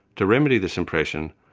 to remedy this impression,